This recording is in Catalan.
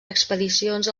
expedicions